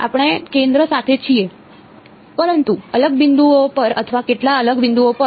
આપણે કેન્દ્ર સાથે છીએ પરંતુ અલગ બિંદુઓ પર અથવા કેટલા અલગ બિંદુઓ પર